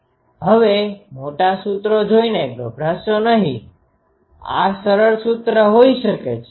હવે મોટા સુત્રો જોઈને ગભરાશો નહીં આ સરળ સુત્રો હોઈ શકે છે